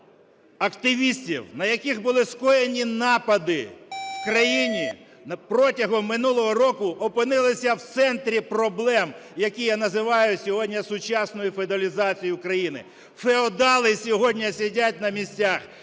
активістів, на яких були скоєні напади в країні протягом минулого року, опинилися в центрі проблем, які я називаю сьогодні сучасною феодалізацією країни. Феодали сьогодні сидять на місцях.